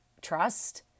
trust